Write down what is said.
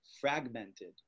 fragmented